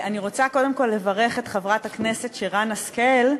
אני רוצה קודם כול לברך את חברת הכנסת שרן השכל,